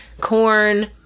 corn